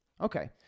Okay